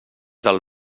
del